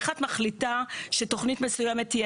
איך את מחליטה שתוכנית מסוימת תהיה